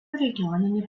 regioninį